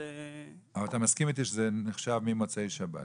אתה מסכים איתי שזה נחשב ממוצאי שבת.